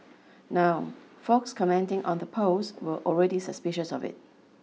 now folks commenting on the post were already suspicious of it